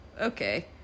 okay